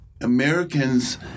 Americans